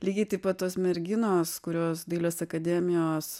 lygiai taip pat tos merginos kurios dailės akademijos